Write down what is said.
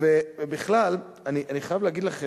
אני חייב להגיד לכם,